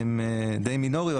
הם דיי מינוריים,